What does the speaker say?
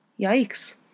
Yikes